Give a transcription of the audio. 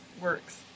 works